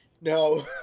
no